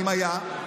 אם היה,